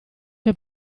che